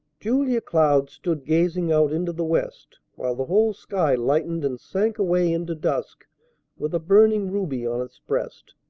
julia cloud stood gazing out into the west, while the whole sky lightened and sank away into dusk with a burning ruby on its breast.